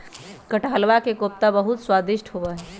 कटहलवा के कोफ्ता बहुत स्वादिष्ट होबा हई